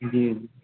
जी